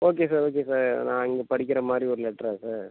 okay sir okay sir நான் இங்கே படிக்கிற மாதிரி ஒரு லெட்டரா சார்